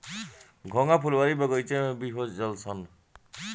घोंघा फुलवारी बगइचा में भी हो जालनसन